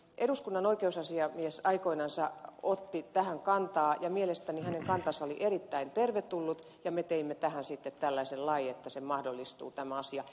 eduskunnan oikeusasiamies aikoinansa otti tähän kantaa ja mielestäni hänen kantansa oli erittäin tervetullut ja me teimme tähän sitten tällaisen lain että tämä asia mahdollistuu